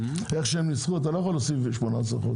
איך שהם ניסחו אתה לא יכול לכתוב 18 חודש.